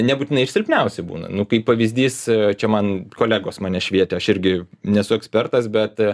nebūtinai iš silpniausių būna nu kaip pavyzdys čia man kolegos mane švietė aš irgi nesu ekspertas bet